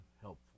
helpful